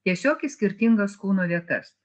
tiesiog į skirtingas kūno vietas